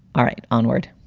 all right. onward